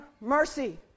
mercy